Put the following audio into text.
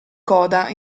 coda